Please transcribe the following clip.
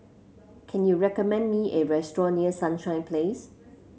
can you recommend me a restaurant near Sunshine Place